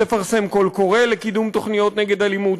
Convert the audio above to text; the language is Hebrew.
תפרסם קול קורא לקידום תוכניות נגד אלימות,